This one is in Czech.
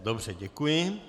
Dobře, děkuji.